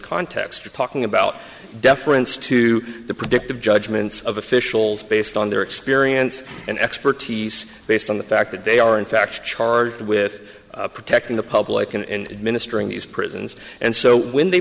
context you're talking about deference to the predictive judgments of officials based on their experience and expertise based on the fact that they are in fact charged with protecting the public in ministering these prisons and so when they